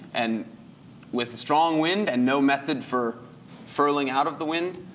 and with strong wind and no method for furling out of the wind,